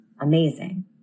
amazing